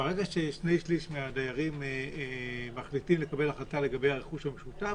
ברגע ששני-שליש מהדיירים מחליטים לקבל החלטה לגבי הרכוש המשותף,